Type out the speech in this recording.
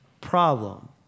problem